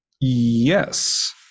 Yes